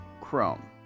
Chrome